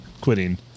quitting